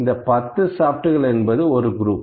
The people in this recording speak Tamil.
இந்த 10 ஷாப்ட்கள் என்பது ஒரு குரூப்